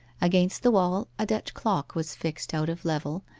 against the wall a dutch clock was fixed out of level,